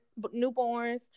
newborns